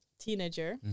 teenager